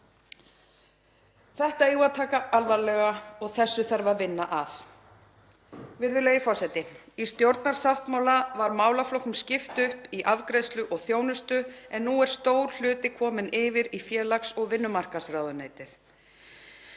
Þetta eigum við að taka alvarlega og þessu þarf að vinna að. Virðulegi forseti. Í stjórnarsáttmála var málaflokknum skipt upp í afgreiðslu og þjónustu en nú er stór hluti kominn yfir í félags- og vinnumarkaðsráðuneytið.